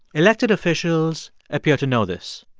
elected officials appear to know this.